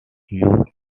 you